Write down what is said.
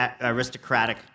aristocratic